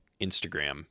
Instagram